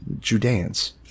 Judeans